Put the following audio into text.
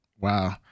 wow